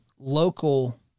local